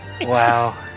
wow